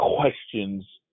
Questions